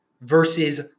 versus